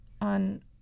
on